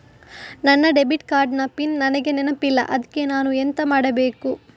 ನನ್ನ debit card ನ PIN ನನಗೆ ನೆನಪಿಲ್ಲ ಅದ್ಕೆ ನಾನು ಎಂತ ಮಾಡಬೇಕು?